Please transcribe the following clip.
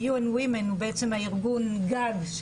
U and Weamen הוא בעצם ארגון גג,